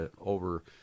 over